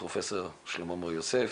פרופ' שלמה מור-יוסף,